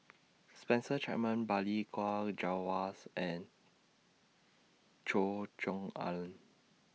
Spencer Chapman Balli Kaur Jaswals and Choe Cheong Alan